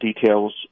Details